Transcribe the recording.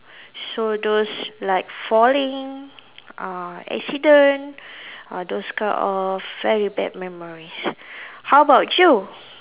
so those like falling uh accident uh those kind of very bad memories how about you